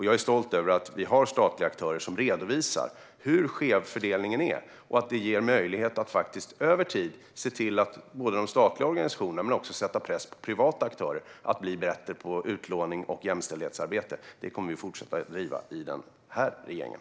Jag är stolt över att vi har statliga aktörer som redovisar hur skev fördelningen är och att det finns möjlighet att över tid se till både de statliga organisationerna och privata aktörer och sätta press på dem att bli bättre på utlåning och jämställdhetsarbete. Detta kommer vi att fortsätta att driva i den här regeringen.